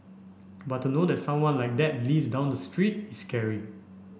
but to know that someone like that lives down the street is scary